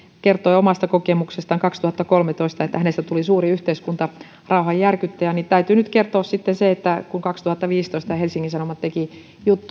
kertoi omasta kokemuksestaan vuodelta kaksituhattakolmetoista että hänestä tuli suuri yhteiskuntarauhan järkyttäjä niin täytyy nyt sitten kertoa se että kun kaksituhattaviisitoista helsingin sanomat teki jutun